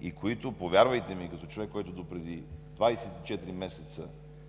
и които – повярвайте ми – като човек, който допреди 24 месеца